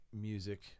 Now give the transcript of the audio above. music